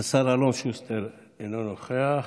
השר אלון שוסטר, אינו נוכח,